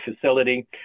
facility